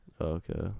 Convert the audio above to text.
okay